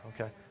okay